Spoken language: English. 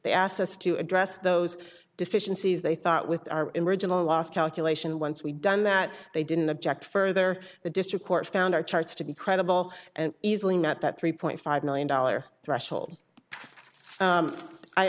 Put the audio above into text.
they asked us to address those deficiencies they thought with our own regional loss calculation once we done that they didn't object further the district court found our charts to be credible easily not that three point five million dollars threshold